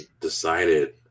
decided